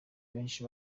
benshi